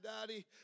daddy